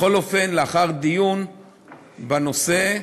הם כל הזמן משפרים את הנושא,